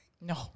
No